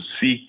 seek